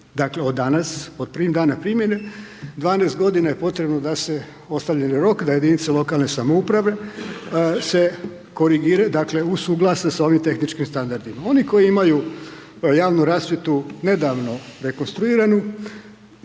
Dakle, od danas, od prvog dana primjene, 12 godina je potrebno da se, ostavljeni rok, da jedinice lokalne samouprave se, dakle, usuglase sa ovim tehničkim standardima. Oni koji imaju javnu rasvjetu nedavno rekonstruiranu,